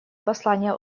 послание